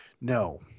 No